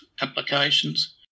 applications